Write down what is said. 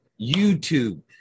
youtube